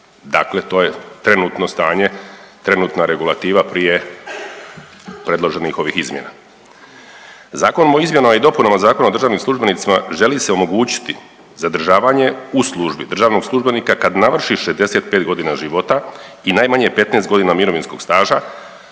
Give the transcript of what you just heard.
Dakle, to je trenutno stanje, trenutna regulativa prije predloženih ovih izmjena. Zakonom o izmjenama i dopunama Zakona o državnim službenicima želi se omogućiti zadržavanje u službi državnog službenika kad navrši 65 godina života i najmanje 15 godina mirovinskog staža